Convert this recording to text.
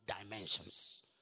dimensions